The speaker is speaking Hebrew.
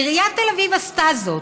עיריית תל אביב עשתה זאת.